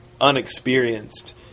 unexperienced